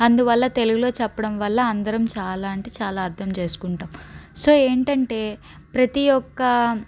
అందువల్ల తెలుగులో చెప్పడం వల్ల అందరం చాలా అంటే చాలా అర్థం చేసుకుంటాము సో ఏంటంటే ప్రతీ ఒక్క